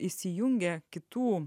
įsijungia kitų